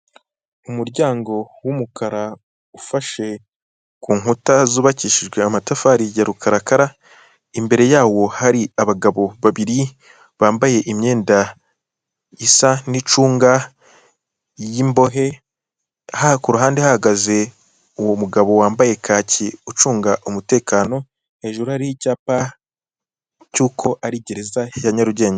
Umuryango w'umukara ufashe ku nkuta zubakishijwe amatafari ya rukarakara imbere yawo hari abagabo babiri bambaye imyenda isa n'icunga ry'imbohe ha kuruhande hahagaze uwo mugabo wambaye kaki ucunga umutekano hejuru ari icyapa cy'uko ari gereza ya Nyarugenge.